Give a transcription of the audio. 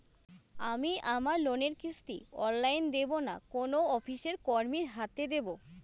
আমি আমার লোনের কিস্তি অনলাইন দেবো না কোনো অফিসের কর্মীর হাতে দেবো?